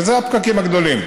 ואלה הפקקים הגדולים.